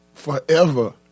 forever